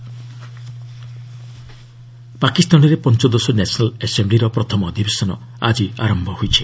Pak assembly ପାକିସ୍ତାନରେ ପଞ୍ଚଦଶ national ଆସେମ୍ବିର ପ୍ରଥମ ଅଧିବେଶନ ଆଜି ଆରମ୍ଭ ହୋଇଛି